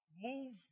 Move